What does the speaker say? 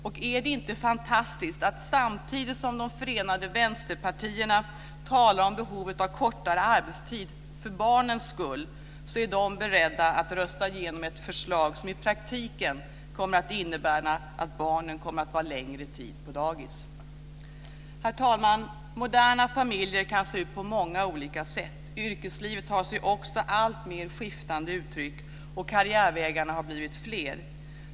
Och är det inte fantastiskt att samtidigt som de förenade vänsterpartierna talar om behovet av kortare arbetstid för barnens skull, är de beredda att rösta igenom ett förslag som i praktiken kommer att innebära att barnen kommer att vara längre tid på dagis. Herr talman! Moderna familjer kan se ut på många olika sätt. Yrkeslivet tar sig också alltmer skiftande uttryck, och karriärvägarna har blivit fler.